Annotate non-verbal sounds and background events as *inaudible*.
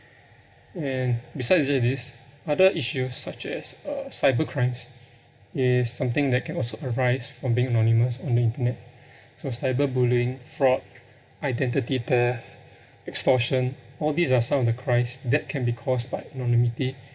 and besides just this other issues such as uh cybercrimes is something that can also arise from being anonymous on the internet *breath* so cyberbullying fraud identity theft *breath* extortion all these are some of the crimes that can be caused by anonymity